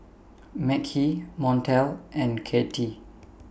Mekhi Montel and Katy